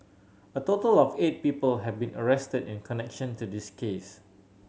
a total of eight people have been arrested in connection to this case